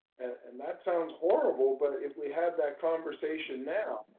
and that sounds horrible. but if we have that conversation now.